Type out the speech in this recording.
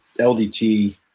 LDT